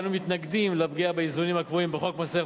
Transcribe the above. אנו מתנגדים לפגיעה באיזונים הקבועים בחוק מס ערך